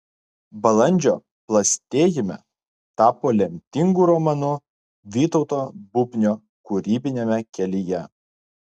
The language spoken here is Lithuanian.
balandžio plastėjime tapo lemtingu romanu vytauto bubnio kūrybiniame kelyje